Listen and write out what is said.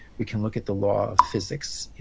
we can look at the law of physics, you